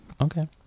Okay